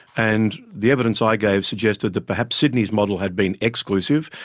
and the evidence i gave suggested that perhaps sydney's model had been exclusive,